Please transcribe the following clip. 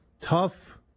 tough